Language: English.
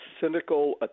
cynical